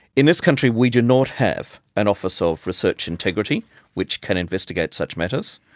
in this country we do not have an office of research integrity which can investigate such matters.